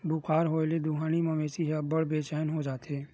बुखार होए ले दुहानी मवेशी ह अब्बड़ बेचैन हो जाथे